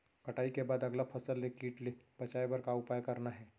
कटाई के बाद अगला फसल ले किट ले बचाए बर का उपाय करना हे?